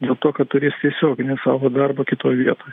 dėl to kad turės tiesioginį savo darbą kitoj vietoj